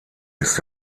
ist